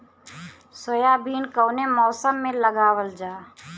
Soybean कौने मौसम में लगावल जा?